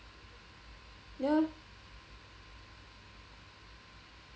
ya